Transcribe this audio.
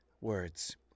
words